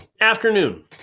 afternoon